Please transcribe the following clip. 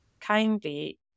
kindly